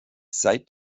seit